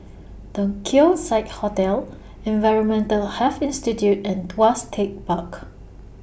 The Keong Saik Hotel Environmental Health Institute and Tuas Tech Park